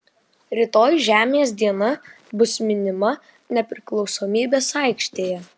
rytoj žemės diena bus minima nepriklausomybės aikštėje